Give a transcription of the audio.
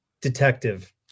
detective